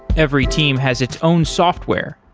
every team has its own software,